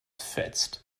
fetzt